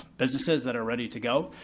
businesses that are ready to go.